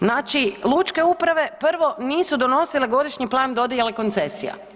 Znači, lučke uprave prvo nisu donosile Godišnji plan dodijele koncesija.